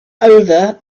over